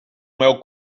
meu